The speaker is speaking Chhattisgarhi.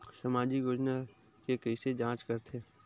सामाजिक योजना के कइसे जांच करथे?